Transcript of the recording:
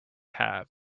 have